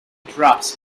drops